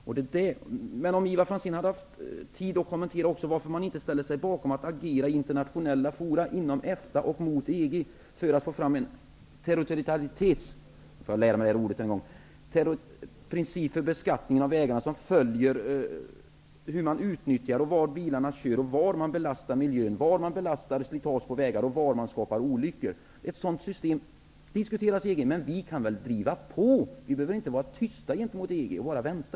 Jag undrar om Ivar Franzén har tid att kommentera varför man inte ställer sig bakom att agera i internationella fora, inom EFTA och gentemot EG, för att få fram en territorialitetsprincip för beskattning av vägarna, som följer hur de utnyttjas, var bilarna kör, var miljön belastas, var vägarna utsätts för slitage och var olyckor sker. Ett sådant system diskuteras inom EG, men vi kan väl driva på. Vi behöver inte vara tysta och bara vänta.